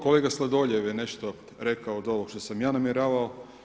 Kolega Sladoljev je nešto rekao od ovoga što sam ja namjeravao.